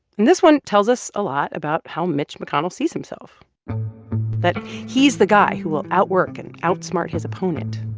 and this one tells us a lot about how mitch mcconnell sees himself that he's the guy who will outwork and outsmart his opponent,